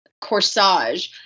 Corsage